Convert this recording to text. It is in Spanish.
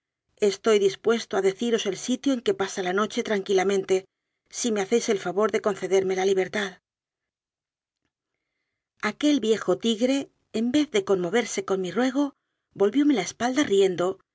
estoy dispuesto a deciros el sitio en que pasa la noche tranquilamente si me hacéis el favor de conce derme la libertad aquel viejo tigre en vez de conmoverse con mi ruego volvióme la espalda riendo